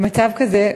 במצב הזה,